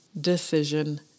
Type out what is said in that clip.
decision